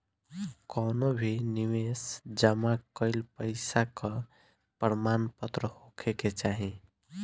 कवनो भी निवेश जमा कईल पईसा कअ प्रमाणपत्र होखे के चाही